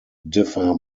differ